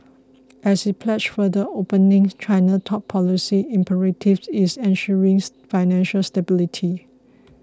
as it pledges further opening China's top policy imperative is ensures financial stability